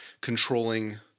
controlling